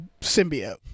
symbiote